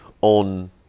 on